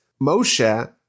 moshe